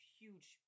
huge